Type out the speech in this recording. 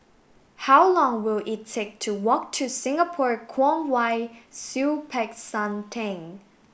how long will it take to walk to Singapore Kwong Wai Siew Peck San Theng